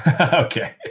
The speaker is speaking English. Okay